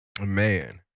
Man